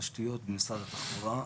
תשתיות במשרד התחבורה.